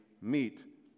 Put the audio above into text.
meet